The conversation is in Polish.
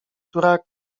która